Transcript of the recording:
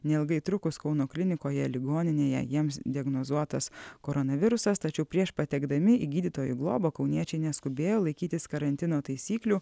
neilgai trukus kauno klinikoje ligoninėje jiems diagnozuotas koronavirusas tačiau prieš patekdami į gydytojų globą kauniečiai neskubėjo laikytis karantino taisyklių